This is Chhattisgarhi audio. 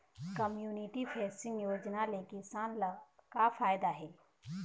कम्यूनिटी फेसिंग योजना ले किसान ल का फायदा हे?